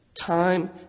time